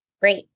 Great